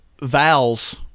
vowels